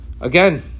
Again